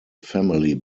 family